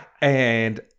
And-